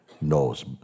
knows